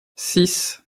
six